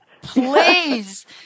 Please